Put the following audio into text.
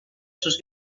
sus